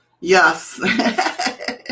Yes